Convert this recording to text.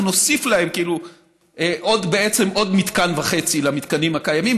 אנחנו נוסיף בעצם עוד מתקן וחצי למתקנים הקיימים.